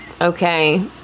Okay